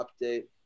update